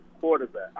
quarterback